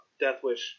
Deathwish